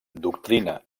doctrina